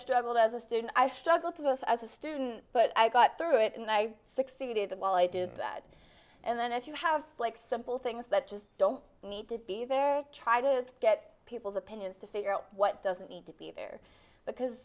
struggled as a student i struggle through both as a student but i got through it and i succeeded while i did that and then if you have flexible things that just don't need to be there try to get people's opinions to figure out what doesn't need to be there because